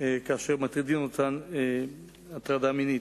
כאשר מטרידים אותן הטרדה מינית.